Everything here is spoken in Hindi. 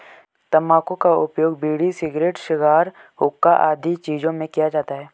तंबाकू का उपयोग बीड़ी, सिगरेट, शिगार, हुक्का आदि चीजों में किया जाता है